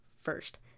first